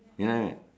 ya